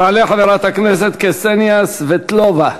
תעלה חברת הכנסת קסניה סבטלובה.